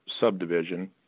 subdivision